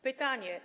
Pytanie.